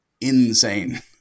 insane